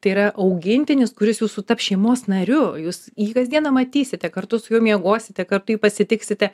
tai yra augintinis kuris jūsų taps šeimos nariu jūs jį kasdieną matysite kartu su juo miegosite kartu pasitiksite